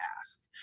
ask